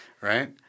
right